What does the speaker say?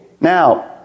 Now